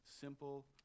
simple